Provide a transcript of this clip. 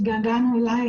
התגעגענו אליך,